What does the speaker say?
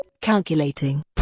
Calculating